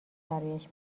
برایش